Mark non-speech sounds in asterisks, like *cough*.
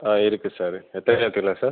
ஆ இருக்குது சார் எத்தனை *unintelligible* சார்